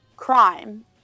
Crime